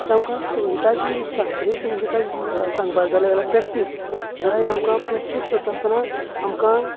आतां आमकां संगिताची शास्त्रीय संगिताचें सांगपाक जाले आल्या प्रॅक्टीस जाल्या ह्ये आमकां प्रॅक्टीस करतास्ताना आमकां